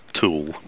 tool